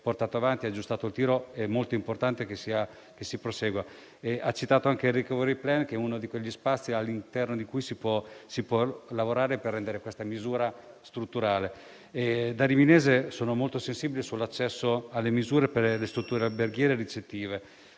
quale avete aggiustato il tiro. È molto importante che si prosegua. Ha citato anche il *recovery plan*, che è uno degli spazi all'interno dei quali si può lavorare per rendere questa misura strutturale. Da riminese, sono molto sensibile all'accesso alle misure per le strutture alberghiere e ricettive.